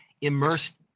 immersed